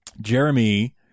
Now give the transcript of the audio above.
jeremy